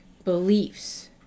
beliefs